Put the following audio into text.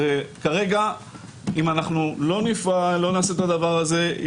אם אנחנו לא נעשה את הדבר הזה,